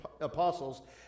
apostles